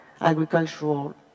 agricultural